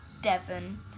Devon